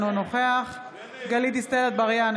אינו נוכח גלית דיסטל אטבריאן,